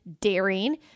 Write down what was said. daring